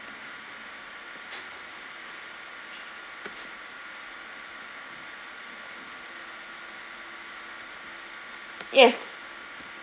yes